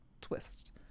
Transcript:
twist